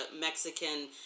Mexican